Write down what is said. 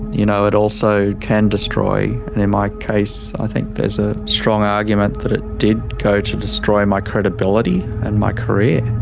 you know it also can destroy, and in my case i think there's a strong argument that it did go to destroy my credibility and my career.